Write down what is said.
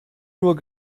nur